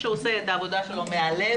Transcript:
לקיים חתונות,